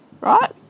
right